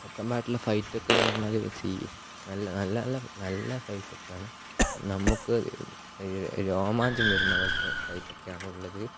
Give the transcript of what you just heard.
second പാർട്ടിലെ fight ഒക്കെ എന്ന് പറഞ്ഞാൽ സി നല്ല നല്ല നല്ല ഫൈറ്റ് ഒക്കെ ആണ് നമുക്ക് രോമാഞ്ചം വരുന്നത് പോലത്തെ ഫൈറ്റ് ഒക്കെ ആണുള്ളത്